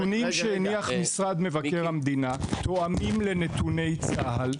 הנתונים שהניח משרד מבקר המדינה תואמים לנתוני צה"ל.